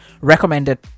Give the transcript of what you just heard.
recommended